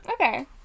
Okay